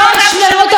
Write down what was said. חלאס כבר.